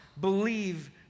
believe